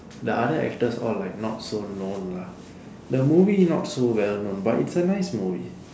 the other actors all like not so known lah the movie not so well known but it's a nice movie